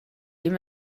dem